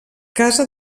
casa